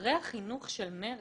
שרי החינוך של מר"צ,